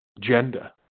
gender